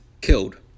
killed